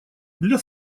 для